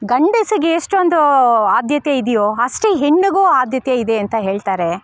ಗಂಡಸಿಗೆ ಎಷ್ಟೊಂದು ಆದ್ಯತೆ ಇದೆಯೋ ಅಷ್ಟೇ ಹೆಣ್ಣಿಗೂ ಆದ್ಯತೆ ಇದೆ ಅಂತ ಹೇಳ್ತಾರೆ